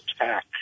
attack